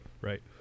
Right